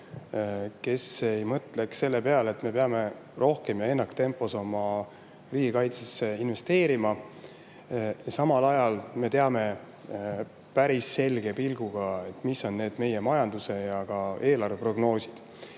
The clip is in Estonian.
kes ei mõtleks selle peale, et me peame rohkem ja ennaktempos oma riigikaitsesse investeerima. Samal ajal teame päris selge pilguga, mis on meie majandus- ja eelarveprognoosid.